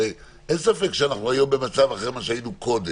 הרי אין ספק שהיום אנחנו במצב אחר לעומת המצב בו היינו קודם,